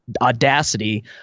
audacity